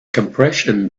compression